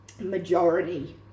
majority